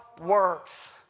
works